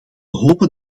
hopen